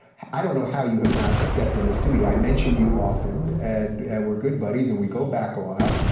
i don't know how you have not stepped in this studio. i've mentioned you often and we're good buddies and we go back a while,